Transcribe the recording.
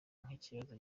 nk’ikibazo